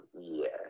Yes